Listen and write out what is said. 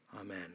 Amen